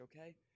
okay